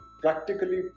practically